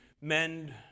mend